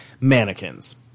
mannequins